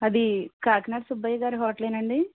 అది కాకినాడ సుబ్బయ్యగారి హోటల్ ఏనండీ